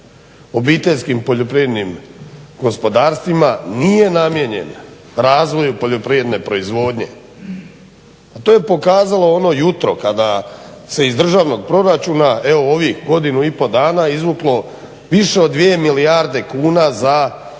obiteljskim poljoprivrednim gospodarstvima, nije namijenjen razvoju poljoprivredne proizvodnje. Pa to je pokazalo ono jutro kada se iz državnog proračuna evo u ovih godinu i pol dana izvuklo više od dvije milijarde kuna za